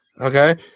Okay